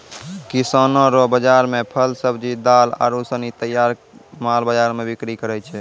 किसानो रो बाजार मे फल, सब्जी, दाल आरू सनी तैयार माल बाजार मे बिक्री करै छै